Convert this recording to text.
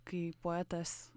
kai poetas